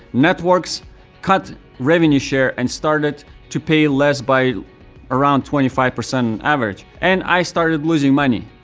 networks cut revenue share and started to pay less by around twenty five percent on average, and i started losing money.